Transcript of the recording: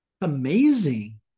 Amazing